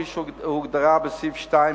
כפי שהוגדרה בסעיף 2,